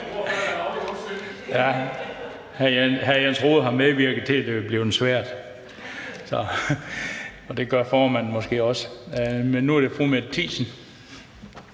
Hr. Jens Rohde har medvirket til, at det er blevet svært. Og det gør formanden måske også. Men nu er det fru Mette